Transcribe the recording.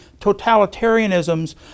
totalitarianisms